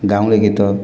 ଗାଉଁଲି ଗୀତ